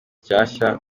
nshasha